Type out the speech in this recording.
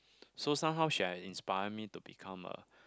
so somehow she had inspired me to become a